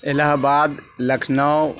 الہ آباد لکھنؤ